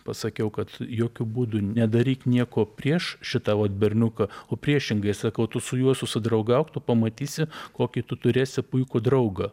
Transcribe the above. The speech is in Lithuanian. pasakiau kad jokiu būdu nedaryk nieko prieš šitą vat berniuką o priešingai sakau tu su juo susidraugauk tu pamatysi kokį tu turėsi puikų draugą